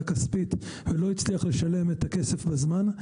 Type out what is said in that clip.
כספית ולא הצליח לשלם את הכסף בזמן,